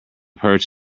perch